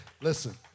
listen